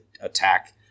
attack